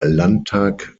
landtag